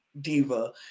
diva